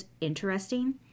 interesting